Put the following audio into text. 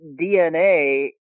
DNA